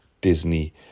Disney